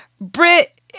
Brit